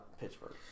Pittsburgh